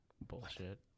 Bullshit